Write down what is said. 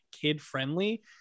kid-friendly